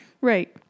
right